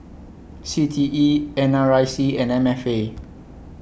C T E N R I C and M F A